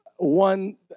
one